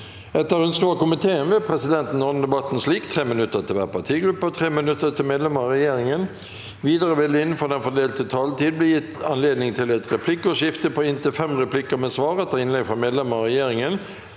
og sosialkomiteen vil presidenten ordne debatten slik: 3 minutter til hver partigruppe og 3 minutter til medlemmer av regjeringen. Videre vil det – innenfor den fordelte taletid – bli gitt anledning til et replikkordskifte på inntil seks replikker med svar etter innlegg fra medlemmer av regjeringen,